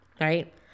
Right